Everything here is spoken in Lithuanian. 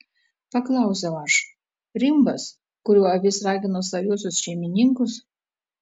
paklausiau aš rimbas kuriuo avis ragino savuosius šeimininkus